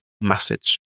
message